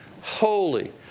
holy